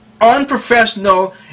unprofessional